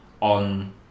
on